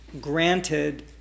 granted